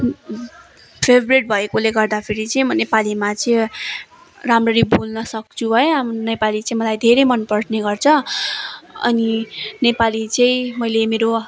favourite भएकोले गर्दाखेरि चाहिँ म नेपालीमा चाहिँ राम्ररी बोल्न सक्छु है नेपाली चाहिँ मलाई धेरै मनपर्ने गर्छ अनि नेपाली चाहिँ मेलै मेरो